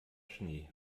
schnee